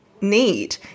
need